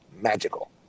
magical